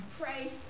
pray